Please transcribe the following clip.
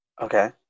okay